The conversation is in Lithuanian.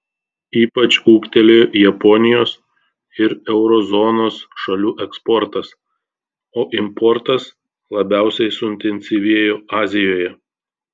ypač ūgtelėjo japonijos ir euro zonos šalių eksportas o importas labiausiai suintensyvėjo azijoje